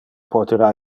potera